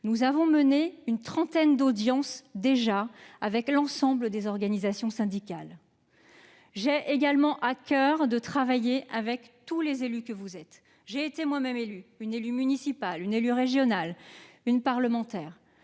nous avons déjà mené une trentaine d'audiences avec l'ensemble des organisations syndicales. J'ai également à coeur de travailler avec tous les élus. J'ai été moi-même une élue municipale, une élue régionale et une parlementaire